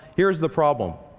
here is the problem